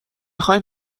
خواین